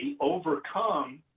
overcome